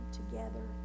together